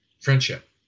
friendship